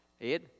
Ed